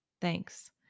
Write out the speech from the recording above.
Thanks